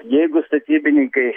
jeigu statybininkai